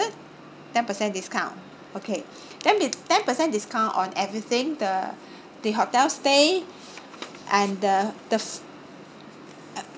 ten percent discount okay ten pe~ ten percent discount on everything the the hotel stay and the the fo~